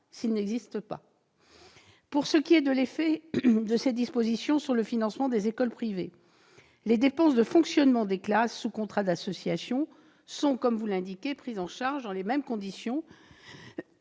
s'il n'existe pas. Pour ce qui est de l'effet de ces dispositions sur le financement des écoles privées, les dépenses de fonctionnement des classes sous contrat d'association sont, comme vous l'indiquez, prises en charge dans les mêmes conditions